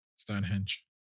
Stonehenge